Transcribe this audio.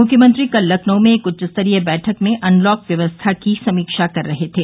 मुख्यमंत्री कल लखनऊ में एक उच्च स्तरीय बैठक में अनलॉक व्यवस्था की समीक्षा कर रहे थे